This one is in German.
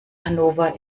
hannover